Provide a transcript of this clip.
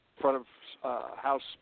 front-of-house